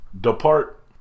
depart